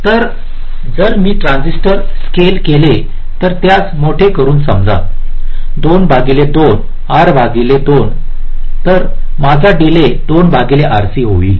तर जर मी ट्रान्झिस्टर स्केल केले तर त्यास मोठे करून समजा 2 भागिले R R भागिले 2 म्हटले तर माझा डीले 2 भागिले RC होईल